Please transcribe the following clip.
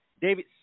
David